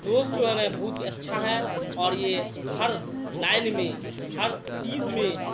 دوست جو ہے نا بہت ہی اچھا ہے اور یہ ہر لائن میں ہر چیز میں